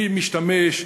מי משתמש?